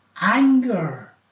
anger